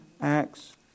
Acts